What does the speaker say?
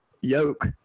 Yoke